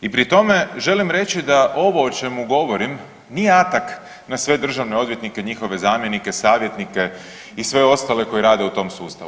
I pri tome želim reći da ovo o čemu govorim nije atak na sve Državne odvjetnike njihove zamjenike, savjetnike i sve ostale koji rade u tom sustavu.